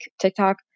TikTok